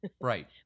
Right